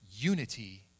Unity